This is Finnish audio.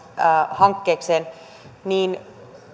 hankkeekseen